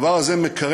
הדבר הזה מקרב,